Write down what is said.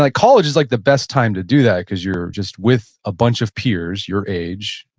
like college is like the best time to do that because you're just with a bunch of peers your age,